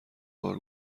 بار